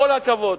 כל הכבוד.